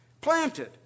planted